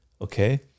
Okay